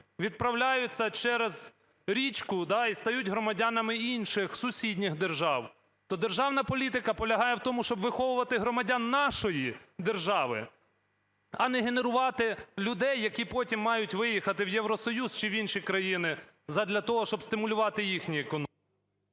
відправляються через річку і стають громадянами інших сусідніх держав. То державна політика полягає в тому, щоб виховувати громадян нашої держави, а не генерувати людей, які потім мають виїхати в Євросоюз чи в інші країни задля того, щоб стимулювати їхню…